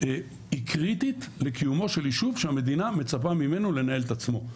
היא קריטית לקיומו של יישוב שהמדינה מצפה ממנו לנהל את עצמו.